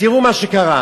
ותראו מה קרה.